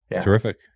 Terrific